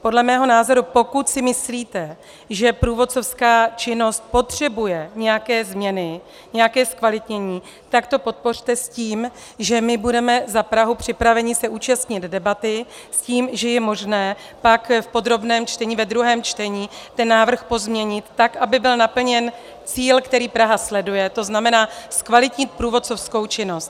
Podle mého názoru, pokud si myslíte, že průvodcovská činnost potřebuje nějaké změny, nějaké zkvalitnění, tak to podpořte s tím, že my budeme za Prahu připraveni se účastnit debaty, s tím, že je možné pak v podrobném čtení, ve druhém čtení ten návrh pozměnit tak, aby byl naplněn cíl, který Praha sleduje, to znamená zkvalitnit průvodcovou činnost.